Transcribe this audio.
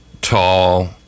tall